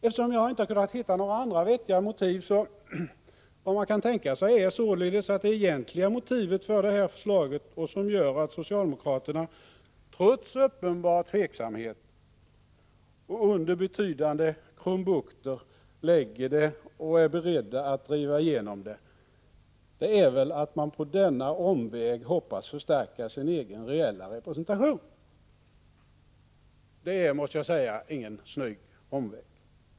Eftersom jag inte har kunnat hitta några andra vettiga motiv kan man tänka sig att det egentliga motivet för det här förslaget, som gör att socialdemokraterna trots uppenbar tveksamhet och under betydande krumbukter lägger fram det och är beredda att driva igenom det, är att de på denna omväg hoppas förstärka sin egen reella representation. Det är ingen snygg omväg, måste jag säga.